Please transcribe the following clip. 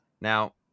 Now